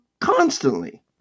constantly